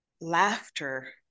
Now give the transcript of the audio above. laughter